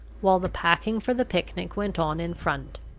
while the packing for the picnic went on in front.